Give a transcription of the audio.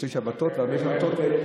מוצאי שבתות וערבי שבתות.